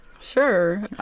Sure